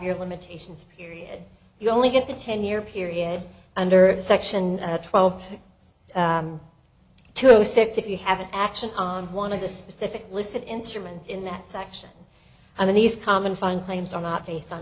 year limitations period you only get the ten year period under section twelve to zero six if you have an action on one of the specific listed instruments in that section on these common fine claims are not based on